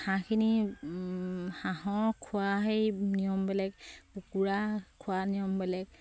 হাঁহখিনি হাঁহৰ খোৱা হেৰি নিয়ম বেলেগ কুকুৰা খোৱাৰ নিয়ম বেলেগ